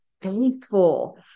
faithful